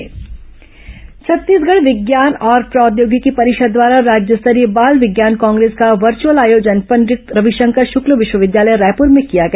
बाल वैज्ञानिक चयन छत्तीसगढ़ विज्ञान और प्रौद्योगिकी परिषद द्वारा राज्य स्तरीय बाल विज्ञान कांग्रेस का वर्चअल आयोजन पंडित रविशंकर शुक्ल विश्वविद्यालय रायपूर में किया गया